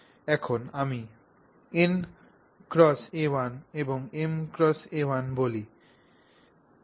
যখন আমি n × a1 এবং m × a1 বলি a1 এই দিকে হয়